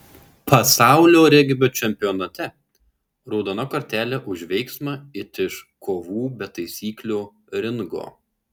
pasaulio regbio čempionate raudona kortelė už veiksmą it iš kovų be taisyklių ringo